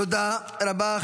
תודה רבה.